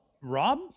Rob